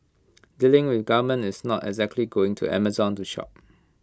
dealing with the government is not exactly going to Amazon to shop